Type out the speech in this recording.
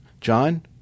John